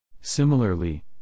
Similarly